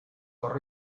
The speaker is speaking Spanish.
por